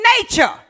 nature